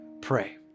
Pray